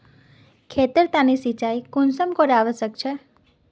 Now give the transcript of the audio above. खेतेर तने सिंचाई कुंसम करे आवश्यक छै?